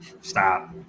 Stop